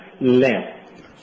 length